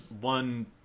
one